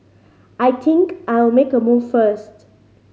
I think I'll make a move first